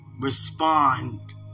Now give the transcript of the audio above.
respond